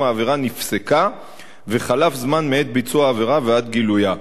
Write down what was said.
העבירה נפסקה וחלף זמן מעת ביצוע העבירה ועד גילויה.